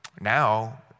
now